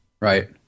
Right